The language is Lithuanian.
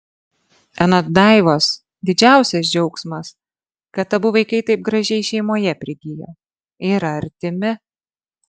anot daivos didžiausias džiaugsmas kad abu vaikai taip gražiai šeimoje prigijo yra artimi